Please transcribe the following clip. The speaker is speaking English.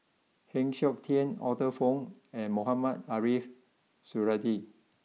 Heng Siok Tian Arthur Fong and Mohamed Ariff Suradi